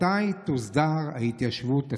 מתי תוסדר ההתיישבות הצעירה?